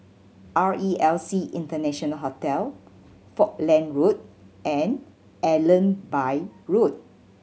R E L C International Hotel Falkland Road and Allenby Road